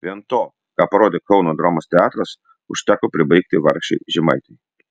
vien to ką parodė kauno dramos teatras užteko pribaigti vargšei žemaitei